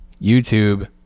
YouTube